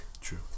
True